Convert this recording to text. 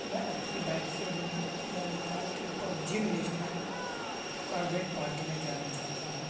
میں اپنی بائیک سے نینی تال کے اوپر جم نیشنل کاربیٹ پارک میں جانا چاہتا ہوں